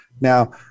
Now